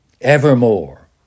evermore